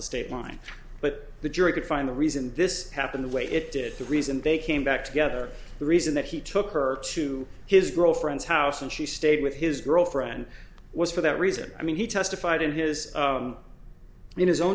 state line but the jury could find the reason this happened the way it did the reason they came back together the reason that he took her to his girlfriend's house and she stayed with his girlfriend was for that reason i mean he testified in his in his own